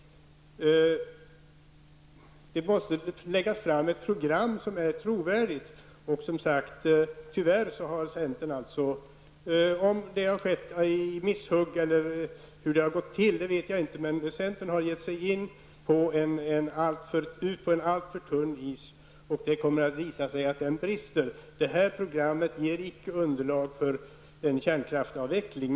Det måste läggas fram ett program som är trovärdigt. Centern har tyvärr gett sig ut på en alltför tunn is -- jag vet inte om det har skett i misshugg eller hur det har gått till -- och det kommer att visa sig att den brister. Detta program ger inte underlag för en kärnkraftsavveckling.